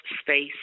space